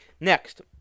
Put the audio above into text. Next